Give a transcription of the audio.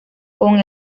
con